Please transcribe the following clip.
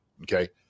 Okay